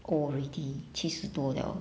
old already 七十多 liao